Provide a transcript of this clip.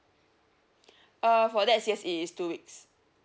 err for that's yes is two weeks